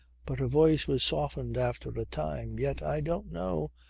but her voice was softened after a time. yet i don't know.